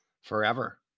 forever